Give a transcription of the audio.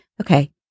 okay